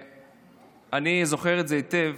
ואני זוכר את זה היטב.